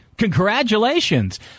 Congratulations